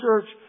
Church